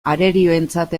arerioentzat